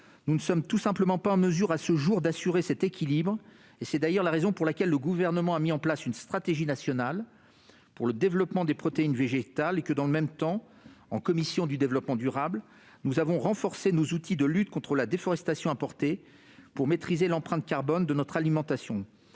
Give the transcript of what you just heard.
nous ne sommes tout simplement pas en mesure d'assurer cet équilibre. C'est d'ailleurs la raison pour laquelle le Gouvernement a mis en place une stratégie nationale en faveur du développement des protéines végétales alors que, dans le même temps, en commission du développement durable, nous renforcions nos outils de lutte contre la déforestation importée afin de maîtriser l'empreinte carbone de notre alimentation.